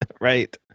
Right